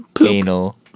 anal